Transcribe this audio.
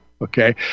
Okay